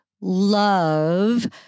love